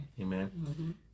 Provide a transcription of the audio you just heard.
Amen